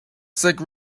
sick